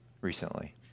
recently